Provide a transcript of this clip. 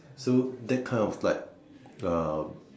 so that kind of like uh